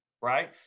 right